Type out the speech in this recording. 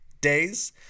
days